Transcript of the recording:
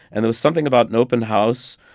and there was something about an open house,